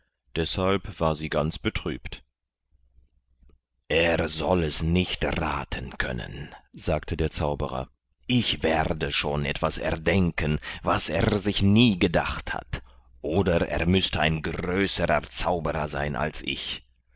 deshalb war sie ganz betrübt er soll es nicht raten können sagte der zauberer ich werde schon etwas erdenken was er sich nie gedacht hat oder er müßte ein größerer zauberer sein als ich